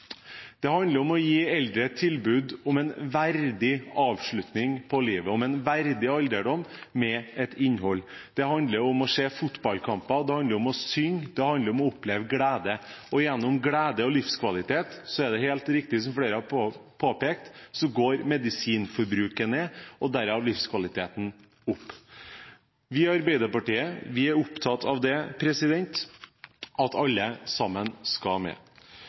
handler om å gi eldre et tilbud om en verdig avslutning på livet, om en verdig alderdom med et innhold. Det handler om å se fotballkamper, det handler om å synge, det handler om å oppleve glede, og gjennom glede og livskvalitet er det helt riktig – som flere har påpekt – at medisinforbruket går ned, og dermed går livskvaliteten opp. Vi i Arbeiderpartiet er opptatt av at alle sammen skal med.